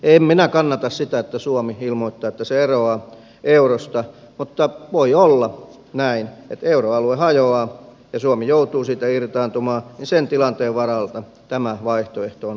en minä kannata sitä että suomi ilmoittaa että se eroaa eurosta mutta voi olla näin että euroalue hajoaa ja suomi joutuu siitä irtaantumaan ja sen tilanteen varalta tämä vaihtoehto on ainoa oikea